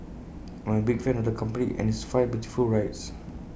I am A big fan of the company and its fast beautiful rides